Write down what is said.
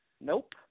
Nope